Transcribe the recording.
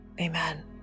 amen